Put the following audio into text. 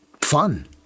fun